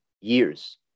years